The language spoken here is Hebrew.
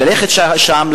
ללכת לשם,